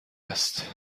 است